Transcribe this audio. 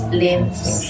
limbs